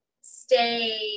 stay